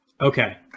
Okay